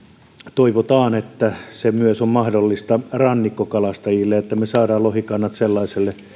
toivotaan että se on mahdollista myös rannikkokalastajille että me saamme lohikannat sellaiselle